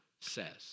says